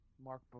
Mark